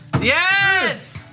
Yes